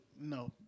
no